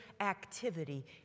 activity